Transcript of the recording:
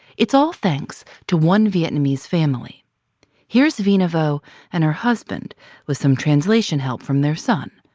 it's all thanks to one vietnamese family here's vina vo and her husband with some translation help from their son,